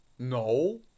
No